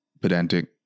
pedantic